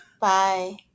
bye